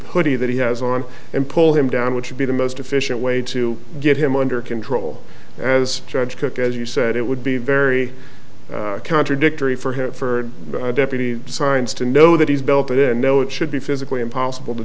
pussy that he has on and pull him down which would be the most efficient way to get him under control as judge cook as you said it would be very contradictory for him for deputy science to know that he's built in no it should be physically impossible to